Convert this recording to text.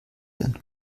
denn